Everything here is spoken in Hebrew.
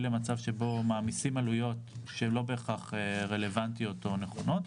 למצב שבו מעמיסים עלויות שלא בהכרח רלוונטיות או נכונות.